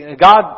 God